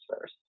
first